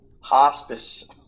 hospice